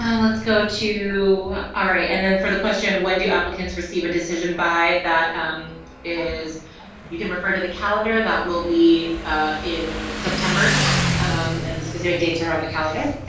let's go to alright and then for the question when do applicants receive a decision by that is you can refer to the calendar that will be in september and the specific dates are on the calendar